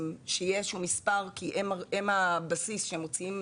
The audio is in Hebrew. שיהיה איזה שהוא מספר כי הם הבסיס כשהם מוציאים